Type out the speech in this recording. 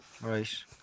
Right